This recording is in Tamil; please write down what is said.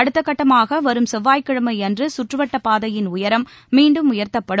அடுத்தகட்டமாக வரும் செவ்வாய்க்கிழமை அன்று சுற்றுவட்டப் பாதையின் உயரம் மீண்டும் உயர்த்தப்படும்